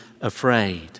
afraid